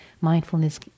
mindfulness